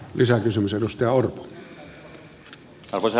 arvoisa herra puhemies